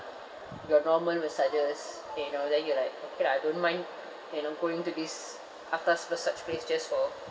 your normal massages and all then you're like okay lah I don't mind you know going to this atas massage place just for